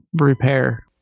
repair